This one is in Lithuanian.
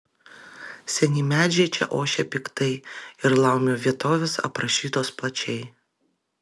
seni medžiai čia ošia piktai ir laumių vietovės aprašytos plačiai